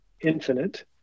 infinite